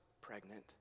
pregnant